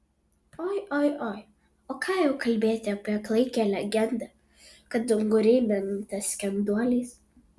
oi oi oi o ką jau kalbėti apie klaikią legendą kad unguriai minta skenduoliais